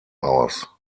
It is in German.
aus